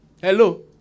Hello